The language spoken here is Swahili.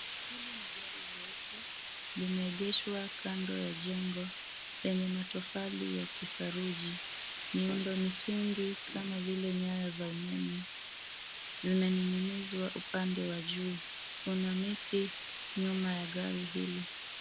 Hili ni gari jeupe. Limeegeshwa kando ya jengo yenye matofali ya kisaruji. Miundo msingi kama vile nyaya za umeme zimening'inizwa upande wa juu. Kuna miti nyuma ya gari hili.